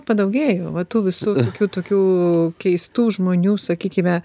padaugėjo vat tų visų tokių tokių keistų žmonių sakykime